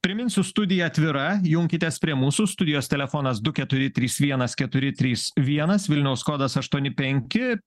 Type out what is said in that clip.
priminsiu studija atvira junkitės prie mūsų studijos telefonas du keturi trys vienas keturi trys vienas vilniaus kodas aštuoni penki